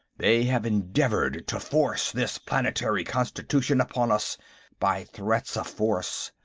they have endeavored to force this planetary constitution upon us by threats of force,